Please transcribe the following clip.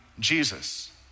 Jesus